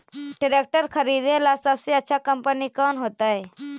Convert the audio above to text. Tractor खरीदेला सबसे अच्छा कंपनी कौन होतई?